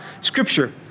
scripture